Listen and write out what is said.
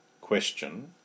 question